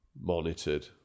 monitored